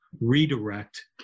redirect